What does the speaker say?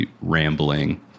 rambling